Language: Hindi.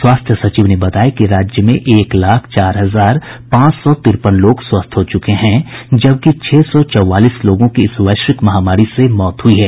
स्वास्थ्य सचिव ने बताया कि राज्य में एक लाख चार हजार पांच सौ तिरपन लोग स्वस्थ हो चुके हैं जबकि छह सौ चौवालीस लोगों की इस वैश्विक महामारी से मौत हुई है